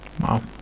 Wow